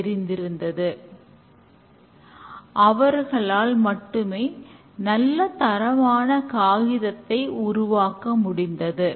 scrum மாடலானது எiஐல் மாடலை போலவே அனைத்து குணநலன்களையும் கொண்டுள்ளது